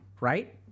Right